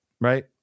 right